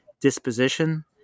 disposition